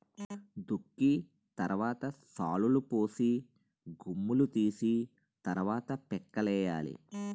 దుక్కి తరవాత శాలులుపోసి గుమ్ములూ తీసి తరవాత పిక్కలేయ్యాలి